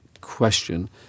question